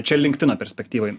čia linktino perspektyvoj